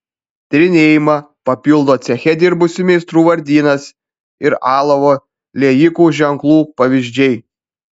tyrinėjimą papildo ceche dirbusių meistrų vardynas ir alavo liejikų ženklų pavyzdžiai